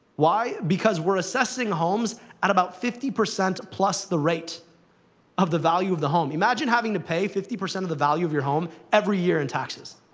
why? because we're assessing homes and about fifty percent plus the rate of the value of the home. imagine having to pay fifty percent of the value of your home every year in taxes.